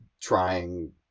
trying